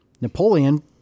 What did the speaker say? Napoleon